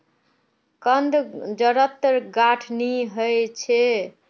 कंद जड़त गांठ नी ह छ